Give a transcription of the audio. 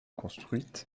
construite